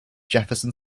jefferson